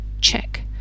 check